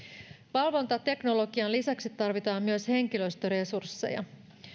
valvontateknologian lisäksi tarvitaan myös henkilöstöresursseja